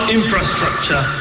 infrastructure